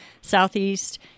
southeast